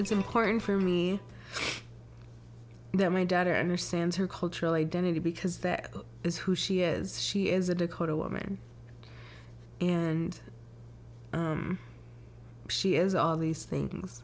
it's important for me that my daughter and her sans her cultural identity because that is who she is she is a dakota woman and she is all these things